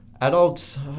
Adults